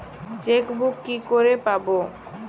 Chequebook কি করে পাবো?